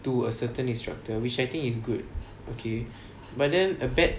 to a certain instructor which I think is good okay but then a bad